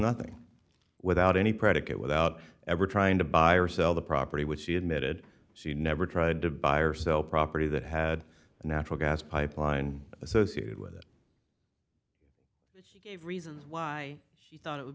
nothing without any predicate without ever trying to buy or sell the property which she admitted she never tried to buy or sell property that had a natural gas pipeline associated with it he gave reasons why he thought it would